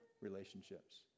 relationships